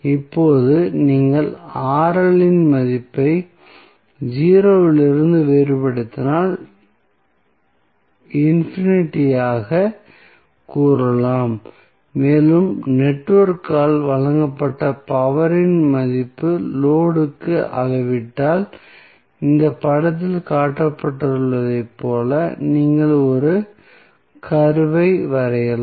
இப்போது நீங்கள் இன் மதிப்பை 0 இலிருந்து வேறுபடுத்தினால் இன்பினிட் ஆகக் கூறலாம் மேலும் நெட்வொர்க்கால் வழங்கப்பட்ட பவர் இன் மதிப்பை லோடு க்கு அளவிட்டால் இந்த படத்தில் காட்டப்பட்டுள்ளதைப் போல நீங்கள் ஒரு கர்வ் ஐ வரையலாம்